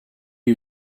you